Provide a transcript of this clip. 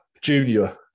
junior